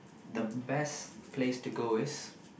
the best place to go is